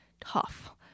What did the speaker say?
tough